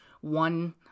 one